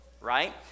right